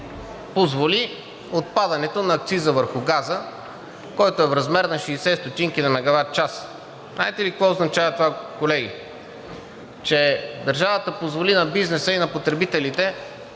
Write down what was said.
позволи отпадането на акциза върху газа, който е в размер на 60 стотинки на мегаватчас. Знаете ли какво означава това, колеги – че държавата позволи на бизнеса и на потребителите